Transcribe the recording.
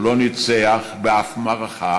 הוא לא ניצח באף מערכה,